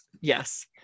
Yes